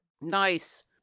Nice